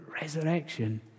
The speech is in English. resurrection